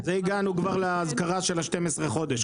והגענו כבר לאזכרה של ה-12 חודש,